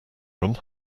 room